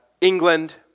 England